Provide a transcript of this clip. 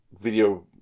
video